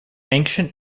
ancient